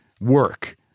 work